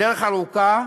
הדרך ארוכה,